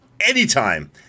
anytime